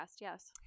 yes